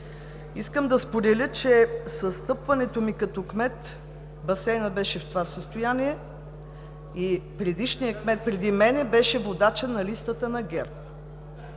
Искам да споделя, че с встъпването ми като кмет басейнът беше в това състояние. Предишният кмет преди мен беше водач на листата на ГЕРБ.